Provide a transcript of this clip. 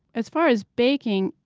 as far as baking,